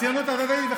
הציונות הדתית,